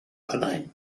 penang